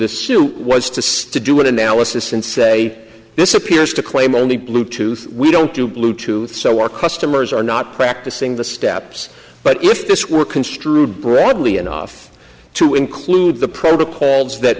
suit was to still do an analysis and say this appears to claim only bluetooth we don't do bluetooth so our customers are not practicing the steps but if this were construed broadly enough to include the protocols that